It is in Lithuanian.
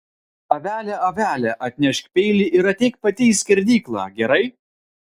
avele avele atnešk peilį ir ateik pati į skerdyklą gerai